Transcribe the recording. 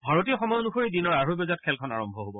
ভাৰতীয় সময় অনুসৰি দিনৰ আঢ়ৈ বজাত খেলখন আৰম্ভ হব